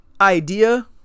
idea